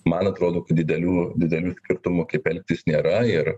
man atrodo kad didelių didelių skirtumų kaip elgtis nėra ir